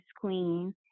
queen